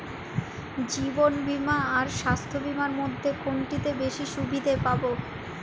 জীবন বীমা আর স্বাস্থ্য বীমার মধ্যে কোনটিতে বেশী সুবিধে পাব?